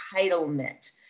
entitlement